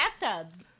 bathtub